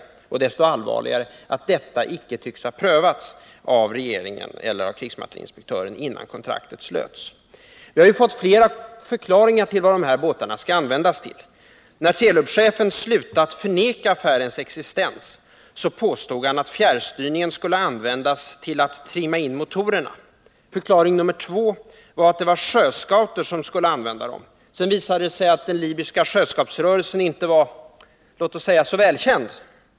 Och det är desto allvarligare att detta ärende icke tycks ha prövats av regeringen eller av krigsmaterielinspektören innan kontraktet slöts. Vi har fått flera förklaringar till vad båtarna skall användas till. När Telubchefen slutade förneka affärens existens påstod han att fjärrstyrningen skulle användas till att trimma in motorerna. Förklaring nr 2 var att det var sjöscouter som skulle använda dem. Sedan visade det sig att den libyska sjöscoutrörelsen inte var så — låt oss säga — välkänd.